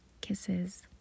kisses